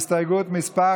הסתייגות מס'